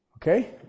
Okay